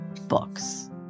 books